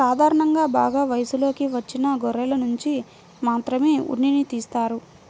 సాధారణంగా బాగా వయసులోకి వచ్చిన గొర్రెనుంచి మాత్రమే ఉన్నిని తీస్తారు